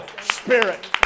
Spirit